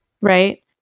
right